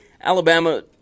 Alabama